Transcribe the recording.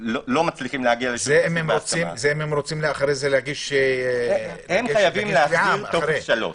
לא מצליחים להגיע הם תמיד חייבים להחזיר טופס 3,